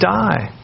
die